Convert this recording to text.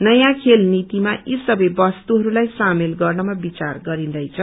नयाँ खेल नीतिमा यी सवै बस्तुहरूलाई श्रामेल गर्नमा बिचार गरिन्दैछ